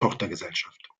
tochtergesellschaft